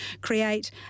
create